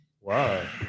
Wow